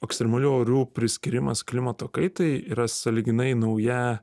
ekstremalių orų priskyrimas klimato kaitai yra sąlyginai nauja